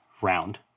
round